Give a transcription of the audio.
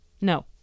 No